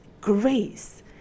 grace